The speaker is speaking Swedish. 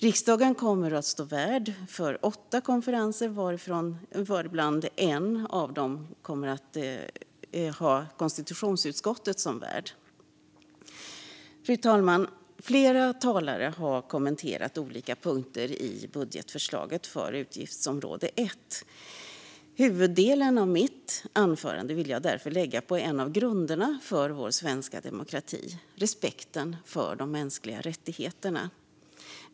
Riksdagen kommer att stå värd för åtta konferenser, varav en kommer att ha konstitutionsutskottet som värd. Fru talman! Flera talare har kommenterat olika punkter i budgetförslaget för utgiftsområde 1. Huvuddelen av mitt anförande vill jag därför lägga på en av grunderna för vår svenska demokrati - respekten för de mänskliga rättigheterna.